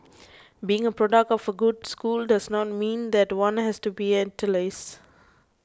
being a product of a good school does not mean that one has to be an elitist